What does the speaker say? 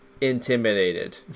intimidated